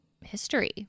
history